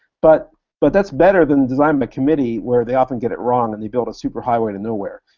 but but that's better than designing by committee, where they often get it wrong and they build a superhighway to nowhere.